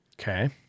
Okay